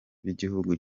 b’igihugu